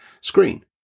screen